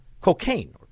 cocaine